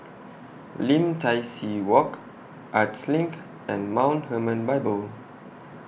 Lim Tai See Walk Arts LINK and Mount Hermon Bible